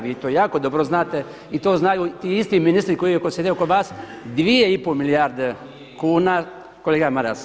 Vi to jako dobro znate i to znaju i ti isti ministri koji sjede oko vas, 2,5 milijarde kuna … [[Upadica se ne čuje.]] kolega Maras.